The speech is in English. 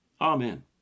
Amen